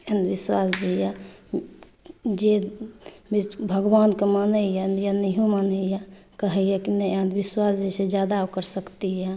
अंधविश्वास जे यऽ जे भगवानके मानैया या नहियो मानैया कहैया की नहि अंधविश्वास जे छै जादा ओकर शक्ति यऽ